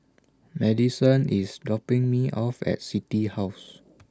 Madyson IS dropping Me off At City House